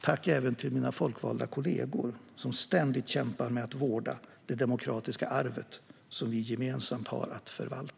Jag vill även tacka mina folkvalda kollegor, som ständigt kämpar med att vårda det demokratiska arvet som vi gemensamt har att förvalta.